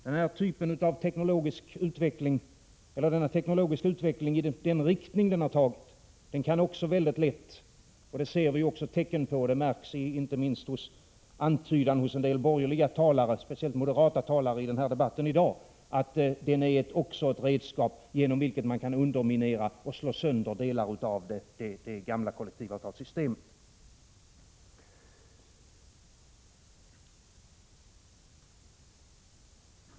Denna teknologiska utveckling, med den riktning den har tagit, kan också väldigt lätt bli ett redskap med vilket man kan underminera och slå sönder delar av det gamla kollektivavtalssystemet. Detta ser vi också tecken på, det märks inte minst av antydan hos en del borgerliga — speciellt moderata — talare i dagens debatt.